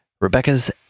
Rebecca's